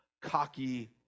cocky